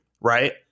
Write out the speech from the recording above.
right